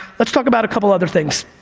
let's talk about a couple other things.